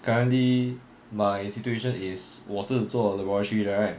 currently my situation is 我是做 laboratory right